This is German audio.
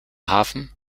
hafen